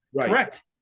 correct